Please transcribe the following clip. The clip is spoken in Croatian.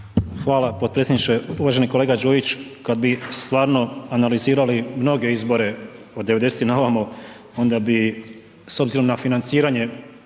Hvala potpredsjedniče. Uvaženi kolega Đujić, kad bi stvarno analizirali mnoge izbore od 90-ih na ovamo, onda bi s obzirom na financiranje,